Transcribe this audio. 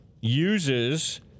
uses